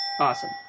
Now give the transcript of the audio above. Awesome